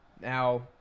Now